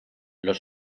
los